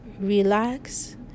relax